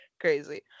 crazy